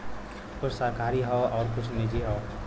कुछ सरकारी हौ आउर कुछ निजी हौ